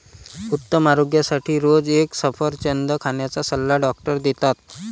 उत्तम आरोग्यासाठी रोज एक सफरचंद खाण्याचा सल्ला डॉक्टर देतात